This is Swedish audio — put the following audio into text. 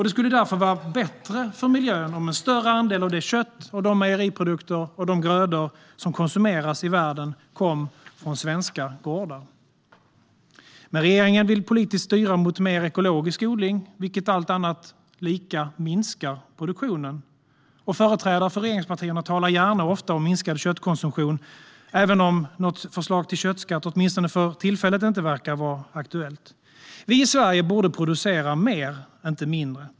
Det skulle därför vara bättre för miljön om en större andel av det kött, de mejeriprodukter och de grödor som konsumeras i världen kom från svenska gårdar. Regeringen vill dock politiskt styra mot mer ekologisk odling, vilket allt annat lika minskar produktionen. Företrädare för regeringspartierna talar gärna och ofta om minskad köttkonsumtion, även om något förslag till köttskatt åtminstone för tillfället inte verkar vara aktuellt. Vi i Sverige borde producera mer, inte mindre.